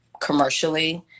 commercially